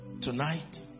tonight